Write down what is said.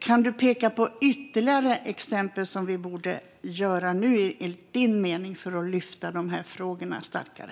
Kan du peka på ytterligare exempel på sådant som vi borde göra nu enligt din mening för att lyfta fram de här frågorna starkare?